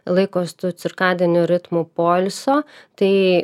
laikos tų cirkadinių ritmų poilsio tai